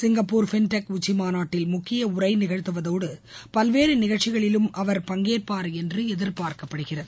Singapore fintech உச்சி மாநாட்டில் முக்கிய உரை நிகழ்த்துவதோடு பல்வேறு நிகழ்ச்சிகளிலும் அவர் பங்கேற்பார் என்று எதிர்பார்க்கப்படுகிறது